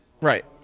right